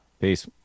Peace